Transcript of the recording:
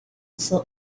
saw